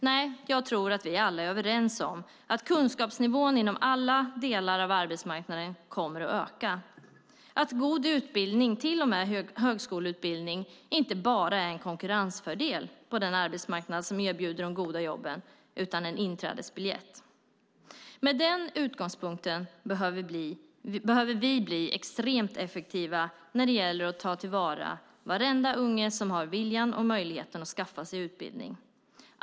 Nej, jag tror att vi alla är överens om att kunskapsnivån inom alla delar av arbetsmarknaden kommer att öka. God utbildning, och till och med högskoleutbildning, är inte bara en konkurrensfördel på den arbetsmarknad som erbjuder de goda jobben utan en inträdesbiljett. Med den utgångspunkten behöver vi bli extremt effektiva när det gäller att ta till vara varenda unge som har viljan och möjligheten att skaffa sig utbildning.